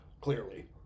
clearly